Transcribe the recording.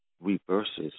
reverses